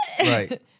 Right